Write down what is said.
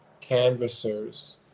canvassers